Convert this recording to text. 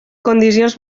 condicions